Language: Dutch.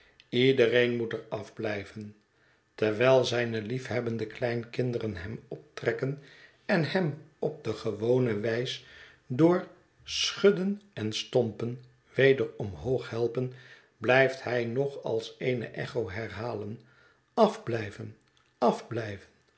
iedereen moet er afblijven terwijl zijne liefhebbende kleinkinderen hem optrekken en hem op de gewone wijs door schudden en stompen weder omhoog helpen blijft hij nog als eene echo herhalen afblijven